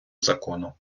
закону